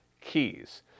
keys